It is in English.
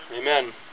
Amen